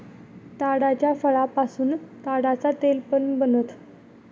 ताडाच्या फळापासून ताडाच तेल पण बनत